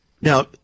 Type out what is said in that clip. Now